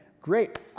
Great